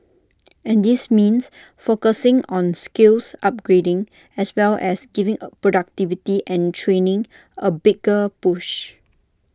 and this means focusing on skills upgrading as well as giving A productivity and training A bigger push